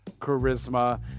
charisma